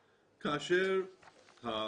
טיפוח,